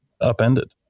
upended